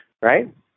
Right